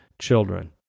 children